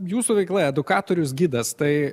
jūsų veikla edukatorius gidas tai